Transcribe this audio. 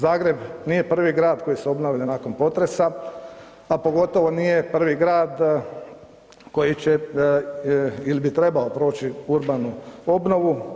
Zagreb nije prvi grad koji se obnavlja nakon potresa, a pogotovo nije prvi grad koji će ili bi trebao proći urbanu obnovu.